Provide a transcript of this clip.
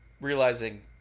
realizing